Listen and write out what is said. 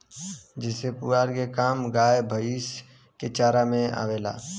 जेसे पुआरा के काम गाय भैईस के चारा में आवेला